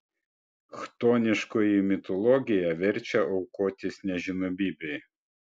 chtoniškoji mitologija verčia aukotis nežinomybei